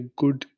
good